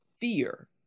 fear